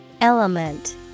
Element